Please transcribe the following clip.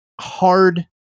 hard